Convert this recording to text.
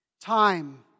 time